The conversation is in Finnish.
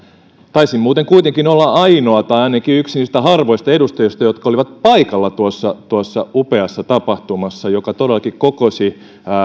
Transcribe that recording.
taisin muuten kuitenkin olla ainoa tai ainakin yksi niistä harvoista edustajista jotka olivat paikalla tuossa tuossa upeassa tapahtumassa joka todellakin kokosi